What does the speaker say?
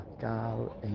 Gal